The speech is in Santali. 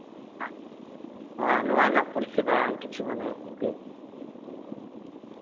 ᱱᱚᱣᱟ ᱨᱮᱱᱟᱜ ᱯᱚᱨᱤᱥᱮᱵᱟ ᱠᱟᱹᱪ